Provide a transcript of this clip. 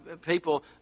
people